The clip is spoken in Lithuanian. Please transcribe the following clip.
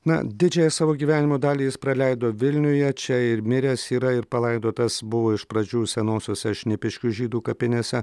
na didžiąją savo gyvenimo dalį jis praleido vilniuje čia ir miręs yra ir palaidotas buvo iš pradžių senosiose šnipiškių žydų kapinėse